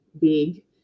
big